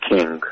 King